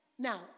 Now